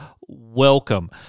welcome